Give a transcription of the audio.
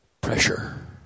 pressure